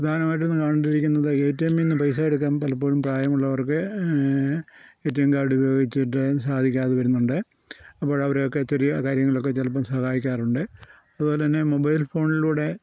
പ്രധാനമായിട്ടും ഇന്ന് കണ്ടിരിക്കുന്നത് എ ടി എമ്മിൽ നിന്ന് നിന്നും പൈസ എടുക്കാൻ പലപ്പോഴും പ്രായമുള്ളവർക്ക് എ ടി എം കാർഡ് ഉപയോഗിച്ചിട്ട് സാധിക്കാതെ വരുന്നുണ്ട് അപ്പോഴ് അവരെ ഒക്കെ ഇത്തിരി ആ കാര്യങ്ങളിലൊക്കെ ചിലപ്പം സഹായിക്കാറുണ്ട് അതുപോലെ തന്നെ മൊബൈൽ ഫോണിലൂടെ